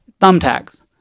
thumbtacks